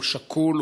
הוא שקול,